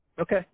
Okay